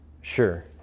Sure